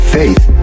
faith